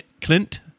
Clint